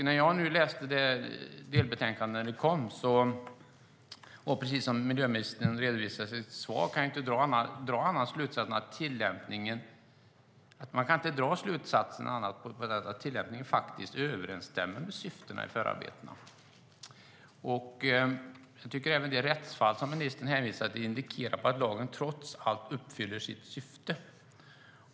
När jag läste det delbetänkande som kom, som miljöministern redovisade i sitt svar, kan jag inte dra någon annan slutsats än att tillämpningen överensstämmer med syftena i förarbetena. Även det rättsfall som ministern hänvisade till indikerar att lagen trots allt uppfyller sitt syfte.